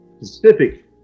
specific